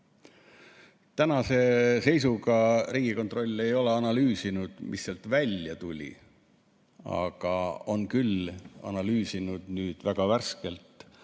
Tänase seisuga Riigikontroll ei ole analüüsinud, mis sealt välja tuli. Aga on küll analüüsinud nüüd väga värskelt,